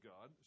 God